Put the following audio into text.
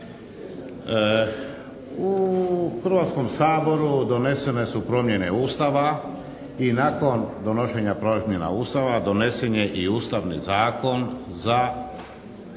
U Hrvatskom saboru donesene su promjene Ustava i nakon donošenja promjena Ustava donesen je i Ustavni zakon za